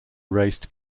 raced